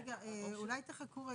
הצבעה